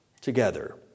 Together